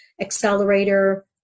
Accelerator